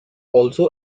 also